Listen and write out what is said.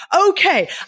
Okay